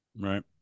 right